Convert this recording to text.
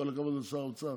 כל הכבוד לשר האוצר.